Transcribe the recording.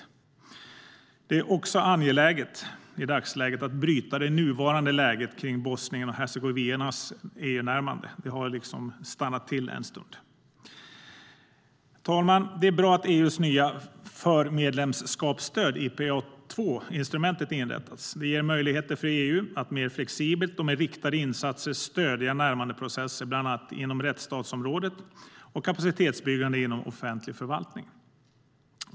I dagsläget är det också angeläget att bryta det nuvarande läget kring Bosnien och Hercegovinas EU-närmande. Det har liksom stannat till en stund. Herr talman! Det är bra att EU:s nya förmedlemskapsstöd IPA II-instrumentet inrättats. Det ger möjligheter för EU att mer flexibelt och med riktade insatser stödja närmandeprocesser bland annat inom rättsstatsområdet och kapacitetsbyggande inom offentlig förvaltning.